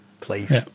please